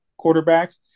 quarterbacks